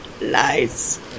Nice